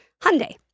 Hyundai